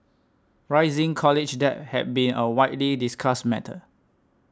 rising college debt has been a widely discussed matter